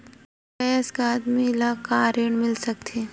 एक वयस्क आदमी ल का ऋण मिल सकथे?